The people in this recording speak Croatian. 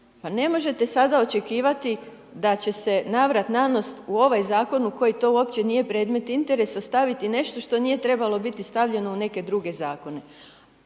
Pa ne možete sada očekivati da će se navrat-nanos u ovaj Zakon, u koji to uopće nije predmet interesa, staviti nešto što nije trebalo biti stavljeno u neke druge Zakone.